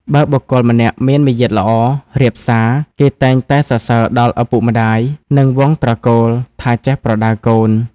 បើបុគ្គលម្នាក់មានមារយាទល្អ រាបសារ គេតែងតែសរសើរដល់ឪពុកម្ដាយ និងវង្សត្រកូលថាចេះប្រដៅកូន។